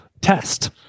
test